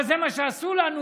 אבל זה מה שעשו לנו,